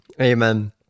Amen